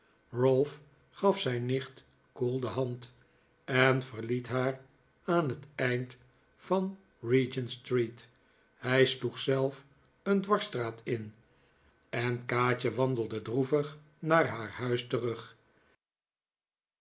gaf zijn nicht koel de hand en verliet haar aan het eind van regent-street hij sloeg z'elf een dwarsstraat in en kaatje wandelde droevig naar haar huis terug